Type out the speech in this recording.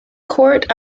court